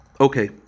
Okay